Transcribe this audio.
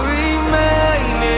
remain